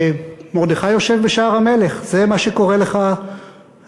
"ומרדכי יושב בשער המלך", זה מה שקורה לך השבוע.